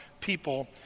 people